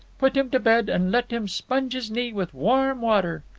put him to bed, and let him sponge his knee with warm water.